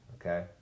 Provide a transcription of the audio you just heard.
okay